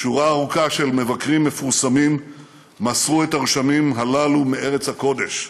שורה ארוכה של מבקרים מפורסמים מסרו את הרשמים הללו מארץ הקודש.